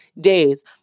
days